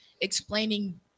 explaining